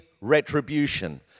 retribution